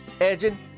edging